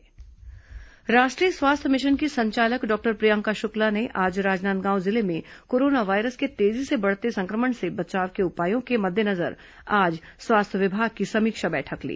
corona बैठक समीक्षा राष्ट्रीय स्वास्थ्य मिशन की संचालक डॉक्टर प्रियंका शुक्ला ने आज राजनांदगांव जिले में कोरोना वायरस के तेजी से बढते संक्र मण से बचाव के उपायों के मद्देनजर आज स्वास्थ्य विभाग की समीक्षा बैठक ली